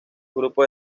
grupos